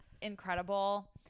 incredible